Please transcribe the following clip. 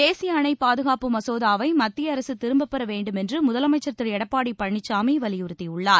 தேசிய அணை பாதுகாப்பு மசோதாவை மத்திய அரசு திரும்பப் பெற வேண்டுமென்று முதலமைச்சர் திரு எடப்பாடி பழனிச்சாமி வலியுறுத்தியுள்ளார்